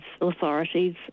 authorities